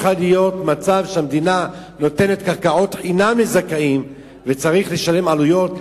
צריך להיות מצב שהמדינה נותנת קרקעות חינם לזכאים וצריך לשלם עלויות.